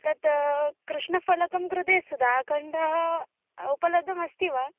तत् कृष्णफ़लकस्य कृते सुधाखण्डः उपलब्धमस्ति वा